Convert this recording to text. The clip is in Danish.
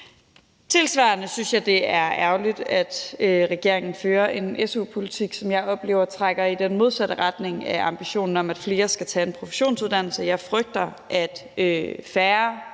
Tilsvarende synes jeg, det er ærgerligt, at regeringen fører en su-politik, som jeg oplever trækker i den modsatte retning af ambitionen om, at flere skal tage en professionsuddannelse. Jeg frygter, at færre